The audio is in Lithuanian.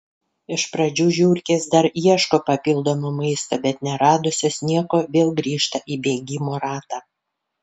iš pradžių žiurkės dar ieško papildomo maisto bet neradusios nieko vėl grįžta į bėgimo ratą